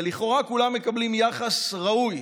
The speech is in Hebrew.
ולכאורה כולם מקבלים יחס ראוי,